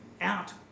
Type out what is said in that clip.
out